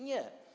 Nie.